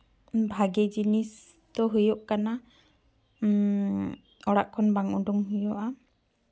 ᱵᱷᱟᱜᱮ ᱡᱤᱱᱤᱥ ᱫᱚ ᱦᱩᱭᱩᱜ ᱠᱟᱱᱟ ᱚᱲᱟᱜ ᱠᱷᱚᱱ ᱵᱟᱝ ᱩᱰᱩᱝ ᱦᱩᱭᱩᱜᱼᱟ